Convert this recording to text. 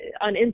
On